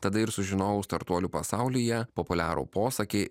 tada ir sužinojau startuolių pasaulyje populiarų posakį